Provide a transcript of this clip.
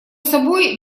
собой